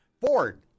Ford